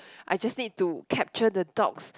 I just need to capture the dogs